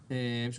ה-1